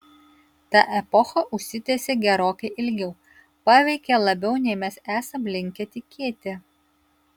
ta epocha užsitęsė gerokai ilgiau paveikė labiau nei mes esam linkę tikėti